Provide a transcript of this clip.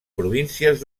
províncies